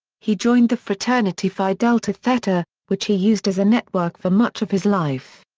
he joined the fraternity phi delta theta, which he used as a network for much of his life.